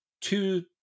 two